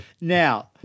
now